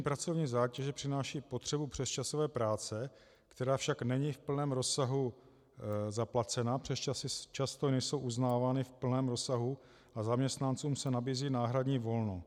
Zvýšení pracovní zátěže přináší potřebu přesčasové práce, která však není v plném rozsahu zaplacena, přesčasy často nejsou uznávány v plném rozsahu a zaměstnancům se nabízí náhradní volno.